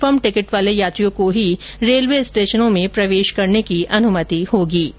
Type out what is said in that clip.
confirm ticket वाले यात्रियों को ही रेलवे स्टेशनों में प्रवेश करने की अनुमति होगी